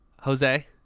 Jose